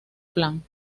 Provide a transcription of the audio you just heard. plan